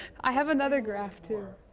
i have another graph too.